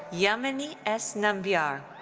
yamini s. nambiar.